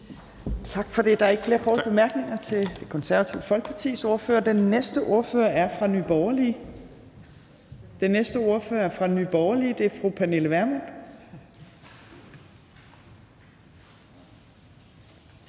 Tak for det. Der er ikke flere korte bemærkninger til Det Konservative Folkepartis ordfører. Den næste ordfører er fra Nye Borgerlige, og det er fru Pernille Vermund.